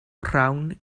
rhawn